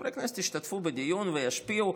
חברי הכנסת ישתתפו בדיון וישפיעו,